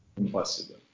Impossible